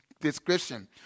description